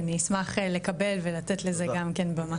אני אשמח לקבל ולתת לזה גם כן במה.